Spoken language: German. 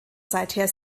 seither